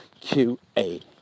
QA